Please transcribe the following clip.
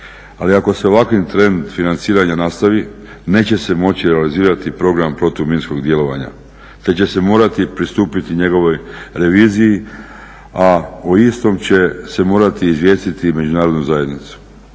Ali ako se ovakav trend financiranja nastavi neće se moći realizirati program protuminskog djelovanja te će se morati pristupiti njegovoj reviziji, a o istom će se morati izvijestiti međunarodnu zajednicu.